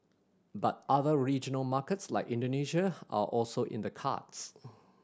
but other regional markets like Indonesia are also in the cards